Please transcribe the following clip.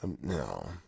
No